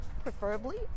preferably